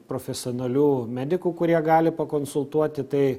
profesionalių medikų kurie gali pakonsultuoti tai